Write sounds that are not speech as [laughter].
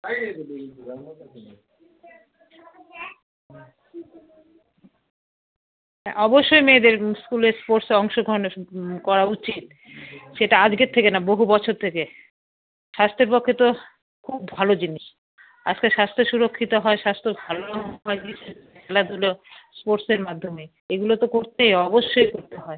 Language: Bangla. অবশ্যই মেয়েদের স্কুলে স্পোর্টসে অংশগ্রহণে করা উচিত সেটা আজকের থেকে না বহু বছর থেকে স্বাস্থ্যের পক্ষে তো খুব ভালো জিনিস আজকে স্বাস্থ্য সুরক্ষিত হয় স্বাস্থ্য ভালো হয় [unintelligible] খেলাধুলো স্পোর্টসের মাধ্যমেই এগুলো তো করতেই হয় অবশ্যই করতে হয়